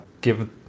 give